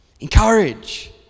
Encourage